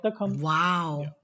Wow